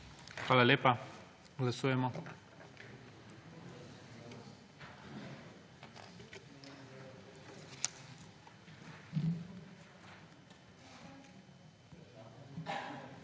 Hvala lepa. Glasujemo.